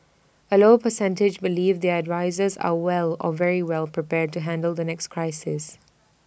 A low percentage believe their advisers are well or very well prepared to handle the next crisis